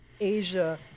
Asia